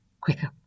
quicker